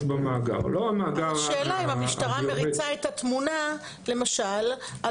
במאגר --- אז השאלה אם המשטרה מריצה את התמונה למשל על